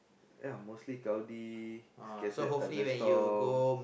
ya mostly cloudy scattered thunderstorm